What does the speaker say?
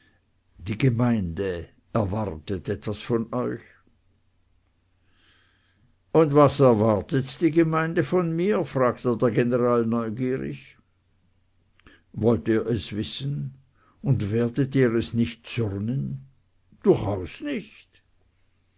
die gemeinde erwartet etwas von euch und was erwartet die gemeinde von mir fragte der general neugierig wollt ihr es wissen und werdet ihr es nicht zürnen durchaus nicht